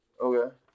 Okay